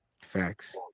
Facts